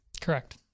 Correct